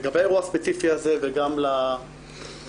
לגבי האירוע הספציפי הזה וגם ל-ש'